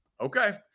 Okay